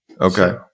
Okay